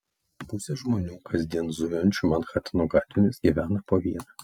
pusė žmonių kasdien zujančių manhatano gatvėmis gyvena po vieną